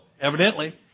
Evidently